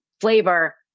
flavor